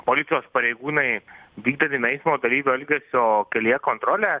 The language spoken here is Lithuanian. policijos pareigūnai vykdydami eismo dalyvių elgesio kelyje kontrolę